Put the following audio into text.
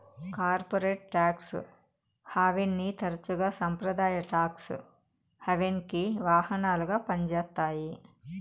corporate tax హావెన్ని తరచుగా సంప్రదాయ టాక్స్ హావెన్కి వాహనాలుగా పంజేత్తాయి